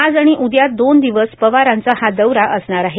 आज आणि उद्या दोन दिवस पवारांचा हा दौरा असणार आहे